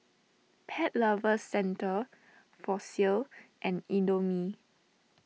Pet Lovers Centre Fossil and Indomie